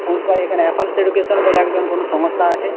খোঁজ পাই এখানে অ্যাফলস এডুকেশন বলে একজন কোনো সংস্থা আছে